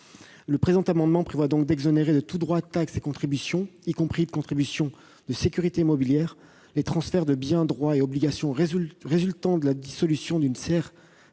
ne changent pas. Il s'agit donc d'exonérer de tous droits, taxes et contributions, y compris de la contribution de sécurité immobilière, les transferts de biens, droits et obligations résultant de la dissolution d'une CRCC